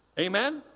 Amen